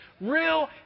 real